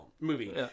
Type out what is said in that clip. movie